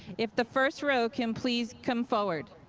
if the first row can please come forward.